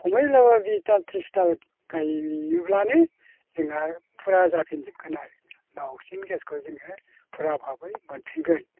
खमैब्लाबो बिस दाल त्रिस दाल गायोब्लानो जोंहा फुरा जाफिनजोबगोन आरो बा अक्सिजेन गेसखौ जोङो फुरा भाबै मोनफिनगोन